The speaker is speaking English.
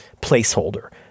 placeholder